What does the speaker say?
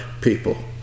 people